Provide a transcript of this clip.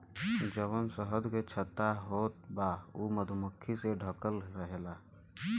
जवन शहद के छत्ता होत बा उ मधुमक्खी से ढकल रहेला